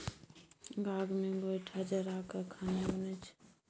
गाम मे गोयठा जरा कय खाना बनइ छै